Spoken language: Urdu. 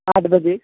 آٹھ بجے